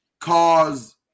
cause